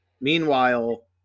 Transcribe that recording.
Meanwhile